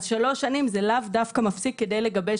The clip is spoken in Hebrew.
אז שלוש שנים זה לאו דווקא מספיק כדי לגבש